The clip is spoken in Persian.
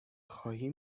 خواهی